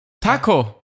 Taco